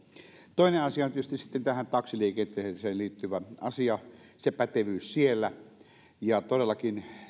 toinen asia on tietysti sitten tähän taksiliikenteeseen liittyvä asia se pätevyys siellä todellakin